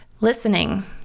listening